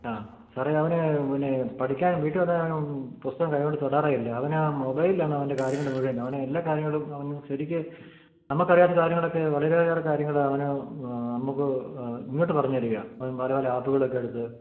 ആ സാറേ അവനെ പിന്നെ പഠിക്കാൻ വീട്ടിൽ വന്നാൽ പുസ്തകം കൈ കൊണ്ട് തൊടാറെ ഇല്ല അവന് മൊബൈലാണ് അവൻ്റെ കാര്യങ്ങൾ മുഴുവൻ അവന് എല്ലാ കാര്യങ്ങളും അവൻ ശരിക്ക് നമുക്ക് അറിയാത്ത കാര്യങ്ങളൊക്കെ വളരെ ഏറെ കാര്യങ്ങൾ അവൻ നമുക്ക് ഇങ്ങോട്ട് പറഞ്ഞു തരികയാണ് പല പല ആപ്പുകളൊക്കെ എടുത്ത്